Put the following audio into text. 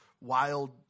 wild